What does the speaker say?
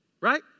right